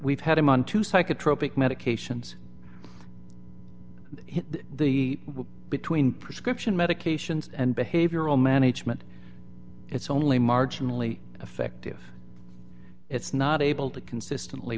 we've had him on two psychotropic medications the between prescription medications and behavioral management it's only marginally effective it's not able to consistently